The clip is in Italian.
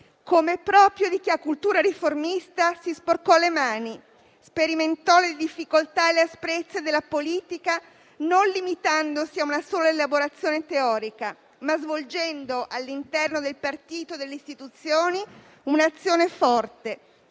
Come è proprio di chi ha cultura riformista, si sporcò le mani, sperimentò le difficoltà e le asprezze della politica, non limitandosi a una sola elaborazione teorica, ma svolgendo all'interno del partito e delle Istituzioni un'azione forte,